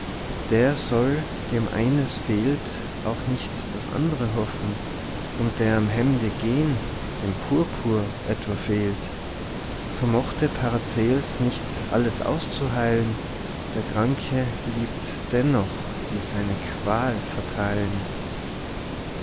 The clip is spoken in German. der soll dem eines fehlt auch nicht das andre hoffen und der im hemde gehen dem purpur etwa fehlt vermochte paracels nicht alles auszuheilen der kranke liebt dennoch die seine qual verteilen